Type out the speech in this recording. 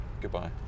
Goodbye